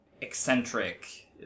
eccentric